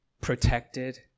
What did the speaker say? protected